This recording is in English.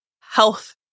health